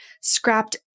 scrapped